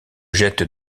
jette